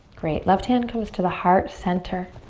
great, left hand comes to the heart center.